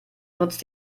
nutzt